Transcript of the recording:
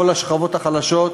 בכל השכבות החלשות,